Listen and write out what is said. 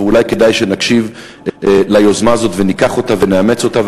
ואולי כדאי שנקשיב ליוזמה הזאת וניקח אותה ונאמץ אותה.